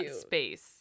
space